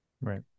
Right